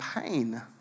pain